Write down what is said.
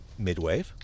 Midwave